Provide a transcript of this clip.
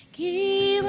key